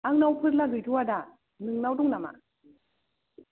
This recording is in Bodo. आंनाव फोरला गैथ'आ दा नोंनाव दं नामा